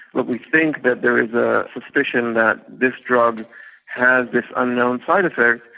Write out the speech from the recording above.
look, we think that there is a suspicion that this drug has this unknown side-effect,